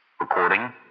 recording